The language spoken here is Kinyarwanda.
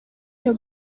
iyo